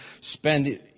spend